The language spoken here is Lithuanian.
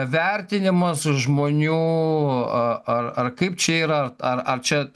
vertinimas žmonių a ar ar kaip čia yra ar ar čia